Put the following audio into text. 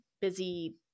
busy